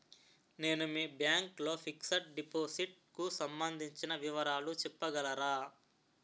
నేను మీ బ్యాంక్ లో ఫిక్సడ్ డెపోసిట్ కు సంబందించిన వివరాలు చెప్పగలరా?